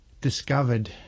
discovered